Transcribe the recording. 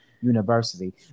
university